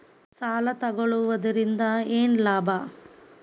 ಸಾಲ ತಗೊಳ್ಳುವುದರಿಂದ ಏನ್ ಲಾಭ?